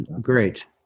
Great